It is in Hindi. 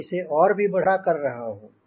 मैं इसे और भी बड़ा कर रहा हूँ